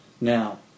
Now